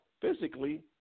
Physically